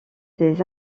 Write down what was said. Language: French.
des